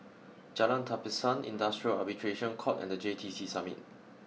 Jalan Tapisan Industrial Arbitration Court and the J T C Summit